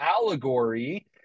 allegory